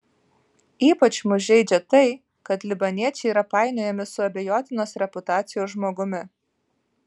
ypač mus žeidžia tai kad libaniečiai yra painiojami su abejotinos reputacijos žmogumi